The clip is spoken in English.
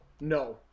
No